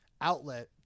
outlet